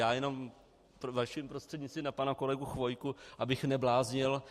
Já jenom vaším prostřednictvím na pana kolegu Chvojku abych nebláznil.